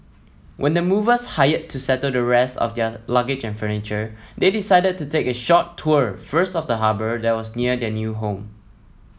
when the movers hired to settle the rest of their luggage and furniture they decided to take a short tour first of the harbour that was near their new home